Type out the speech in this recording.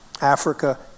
Africa